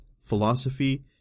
philosophy